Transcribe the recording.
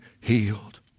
healed